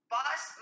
Boss